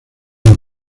las